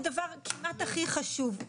באופן אישי.